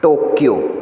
Tokyo